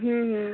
ହୁଁ ହୁଁ